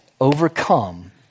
overcome